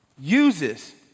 uses